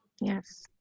Yes